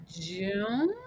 june